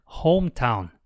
hometown